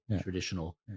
traditional